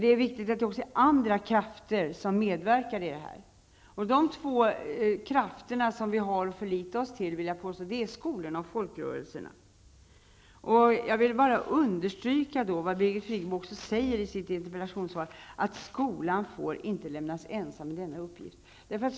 Det är viktigt att också andra krafter medverkar i detta arbete. Det två krafter som vi har att förlita oss till är skolorna och folkrörelserna. Jag vill bara understryka det som Birgit Friggebo säger i sitt interpellationssvar, nämligen att skolan inte får lämnas ensam i denna uppgift.